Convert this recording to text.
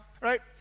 right